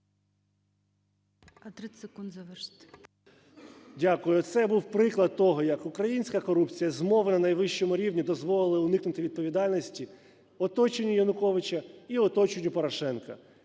Дякую. Це був приклад того, як українська корупція, змова на найвищому рівні дозволила уникнути відповідальності оточенню Януковича і оточенню Порошенка.